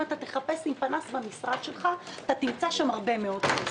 תחפש עם פנס במשרד שלך אתה תמצא שם הרבה מאוד כסף.